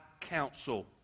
counsel